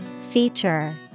Feature